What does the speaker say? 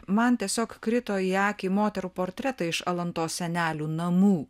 man tiesiog krito į akį moterų portretai iš alantos senelių namų